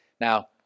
Now